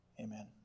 Amen